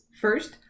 First